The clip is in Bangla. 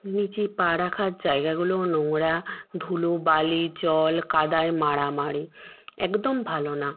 নিচে পা রাখার জায়গাগুলোও নোংরা ধুলো বালি জল কাদায় মারামারি একদম ভালো না